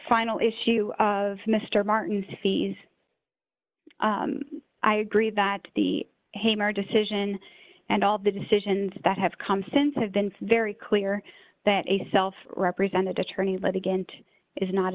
final issue of mr martin's fees i agree that the hammer decision and all the decisions that have come since have been very clear that a self represented attorney litigant is not